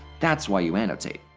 that's why you annotate